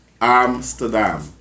Amsterdam